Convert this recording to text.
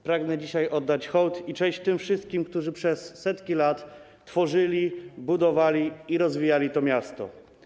Pragnę dzisiaj oddać hołd i cześć tym wszystkim, którzy przez setki lat tworzyli, budowali i rozwijali to miasto.